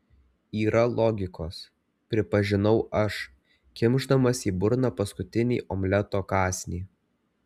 yra logikos pripažinau aš kimšdamas į burną paskutinį omleto kąsnį